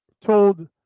told